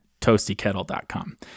ToastyKettle.com